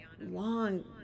long